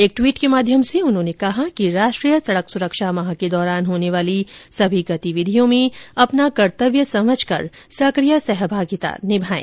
एक ट्वीट के माध्यम से उन्होंने कहा कि राष्ट्रीय सड़क सुरक्षा माह के दौरान होने वाली सभी गतिविधियों में अपना कर्तव्य समझकर सक्रिय सहभागिता निभाएं